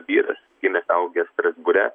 vyras gimęs augęs strasbūre